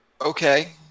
okay